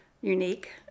unique